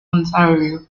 ontario